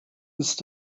ist